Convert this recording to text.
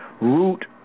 root